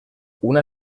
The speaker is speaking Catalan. una